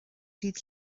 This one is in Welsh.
dydd